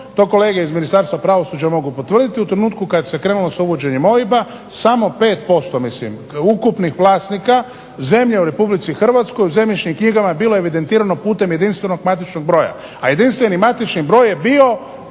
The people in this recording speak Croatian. to kolege iz Ministarstva pravosuđa mogu potvrditi, u trenutku kad se krenulo s uvođenjem OIB-a samo 5% mislim ukupnih vlasnika zemlje u Republici Hrvatskoj u zemljišnim knjigama je bilo evidentirano putem jedinstvenog matičnog broja, a jedinstveni matični broj je bio